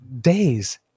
days